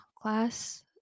class